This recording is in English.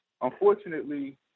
Unfortunately